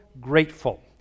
grateful